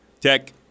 tech